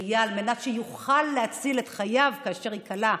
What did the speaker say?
שחייה על מנת שיוכל להציל את חייו כאשר ייקלע,